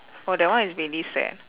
oh that one is really sad